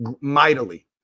mightily